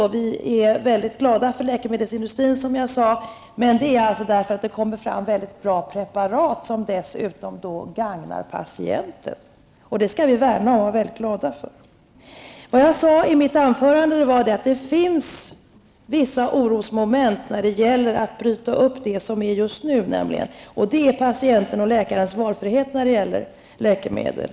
Vi är, som jag sade, mycket glada för läkemedelsindustrin, men det är därför att det kommer fram mycket bra preparat, som dessutom gagnar patienten. Det skall vi värna och vara mycket glada över. Jag sade i mitt anförande att det finns vissa orosmoment när det gäller att bryta upp det som just nu finns, nämligen patientens och läkarens valfrihet när det gäller läkemedel.